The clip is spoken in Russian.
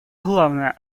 главная